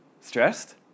stressed